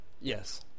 Yes